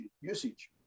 usage